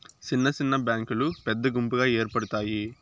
సిన్న సిన్న బ్యాంకులు పెద్ద గుంపుగా ఏర్పడుతాయి